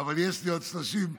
אבל יש לי עוד 43 שניות.